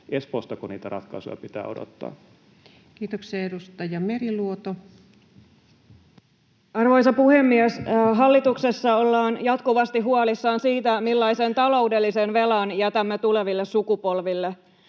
Espoostako niitä ratkaisuja pitää odottaa? Kiitoksia. — Edustaja Meriluoto. Arvoisa puhemies! Hallituksessa ollaan jatkuvasti huolissaan siitä, millaisen taloudellisen velan jätämme tuleville sukupolville.